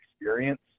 experience